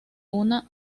una